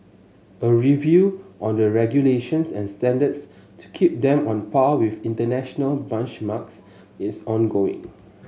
a review on the regulations and standards to keep them on a par with international benchmarks is ongoing